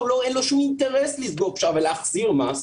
אין לו שום אינטרס לסגור פשרה ולהחזיר מס,